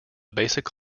basic